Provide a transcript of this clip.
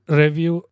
review